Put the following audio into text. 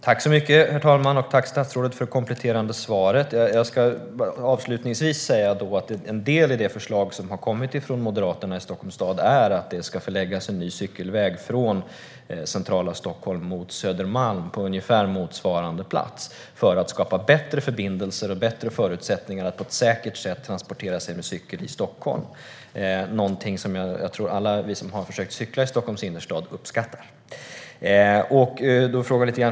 Herr talman! Tack, statsrådet för det kompletterande svaret! En del i det förslag som har kommit från Moderaterna i Stockholms stad är att det på ungefär motsvarande plats ska förläggas en ny cykelväg från centrala Stockholm till Södermalm för att skapa bättre förbindelser och bättre förutsättningar för att på ett säkert sätt transportera sig med cykel i Stockholm - någonting som vi alla som har försökt att cykla i Stockholms innerstad uppskattar.